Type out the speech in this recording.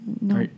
No